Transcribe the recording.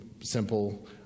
simple